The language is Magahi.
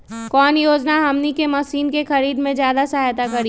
कौन योजना हमनी के मशीन के खरीद में ज्यादा सहायता करी?